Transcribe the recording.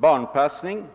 Barnpassning